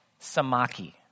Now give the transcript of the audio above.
samaki